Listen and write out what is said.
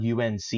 UNC